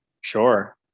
sure